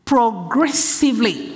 Progressively